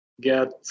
get